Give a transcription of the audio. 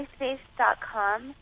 myspace.com